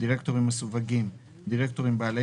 "דירקטורים מסווגים" דירקטורים בעלי